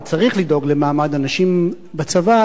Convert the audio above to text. וצריך לדאוג למעמד הנשים בצבא,